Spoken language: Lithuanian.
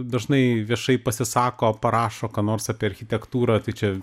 dažnai viešai pasisako parašo ką nors apie architektūrą tai čia